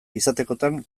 izatekotan